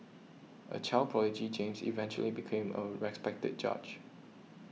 a child prodigy James eventually became a respected judge